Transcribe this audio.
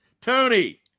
Tony